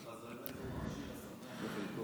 אמרו חז"לינו: איזהו עשיר, השמח בחלקו.